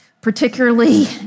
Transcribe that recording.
particularly